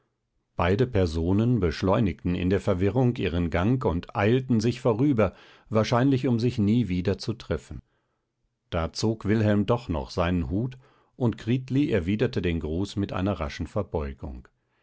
beide personen beschleunigten in der verwirrung ihren gang und eilten sich vorüber wahrscheinlich um sich nie wieder zu treffen da zog wilhelm doch noch seinen hut und gritli erwiderte den gruß mit einer raschen verbeugung